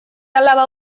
alaba